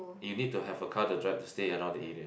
you need to have a car to drive to stay around the area